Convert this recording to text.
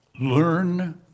Learn